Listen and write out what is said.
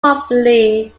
probably